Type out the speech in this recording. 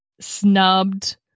snubbed